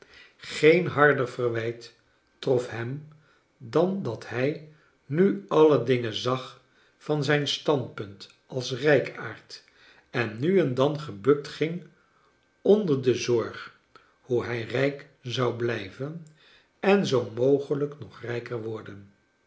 geen harder verwijt trof hem dan dat hij nu alle dingen zag van zijn standpunt als rijkaard en nu en dan gebukt ging onder de zorg hoe hij rijk zou blijven en zoo mogelijk nog rijker worden